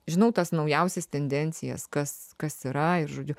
žinau tas naujausias tendencijas kas kas kas yra ir žodžiu